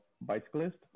bicyclist